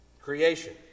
creation